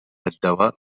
الدواء